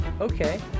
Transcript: okay